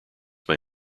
may